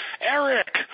Eric